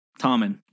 Tommen